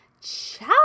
ciao